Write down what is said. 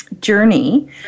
journey